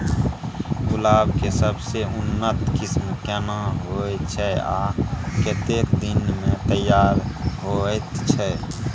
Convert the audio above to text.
गुलाब के सबसे उन्नत किस्म केना होयत छै आ कतेक दिन में तैयार होयत छै?